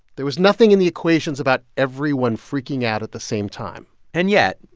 there was nothing in the equations about everyone freaking out at the same time and yet,